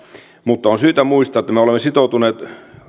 mutta on syytä muistaa että me olemme sitoutuneet